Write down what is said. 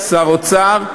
שר אוצר,